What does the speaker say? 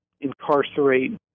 incarcerate